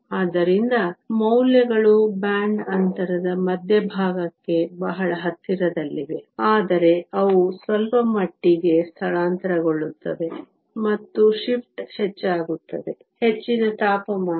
ಆದ್ದರಿಂದ ಮೌಲ್ಯಗಳು ಬ್ಯಾಂಡ್ ಅಂತರದ ಮಧ್ಯಭಾಗಕ್ಕೆ ಬಹಳ ಹತ್ತಿರದಲ್ಲಿವೆ ಆದರೆ ಅವು ಸ್ವಲ್ಪಮಟ್ಟಿಗೆ ಸ್ಥಳಾಂತರಗೊಳ್ಳುತ್ತವೆ ಮತ್ತು ಶಿಫ್ಟ್ ಹೆಚ್ಚಾಗುತ್ತದೆ ಹೆಚ್ಚಿನ ತಾಪಮಾನ